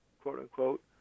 quote-unquote